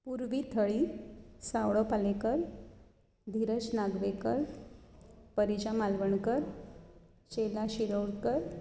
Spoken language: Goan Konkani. ऊर्वी थळी सावळो पालेकर धीरज नागवेकर परिचा मालवणकर चेला शिरोडकर